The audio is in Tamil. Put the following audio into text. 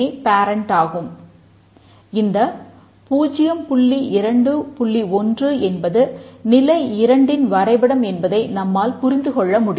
1 என்பது நிலை 2 ன் வரைபடம் என்பதை நம்மால் புரிந்து கொள்ள முடியும்